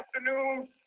afternoon